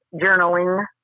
journaling